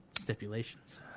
stipulations